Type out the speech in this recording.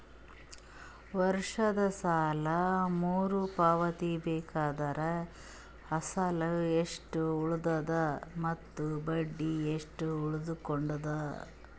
ವರ್ಷದ ಸಾಲಾ ಮರು ಪಾವತಿಸಬೇಕಾದರ ಅಸಲ ಎಷ್ಟ ಉಳದದ ಮತ್ತ ಬಡ್ಡಿ ಎಷ್ಟ ಉಳಕೊಂಡದ?